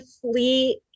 Fleet